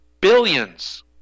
billions